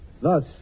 Thus